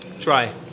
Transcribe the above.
Try